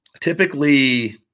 Typically